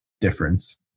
difference